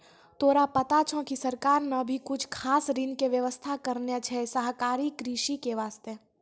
तोरा पता छौं कि सरकार नॅ भी कुछ खास ऋण के व्यवस्था करनॅ छै सहकारी कृषि के वास्तॅ